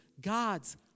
God's